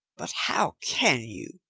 but how can you?